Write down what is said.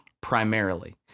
primarily